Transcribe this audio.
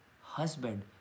husband